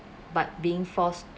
but being forced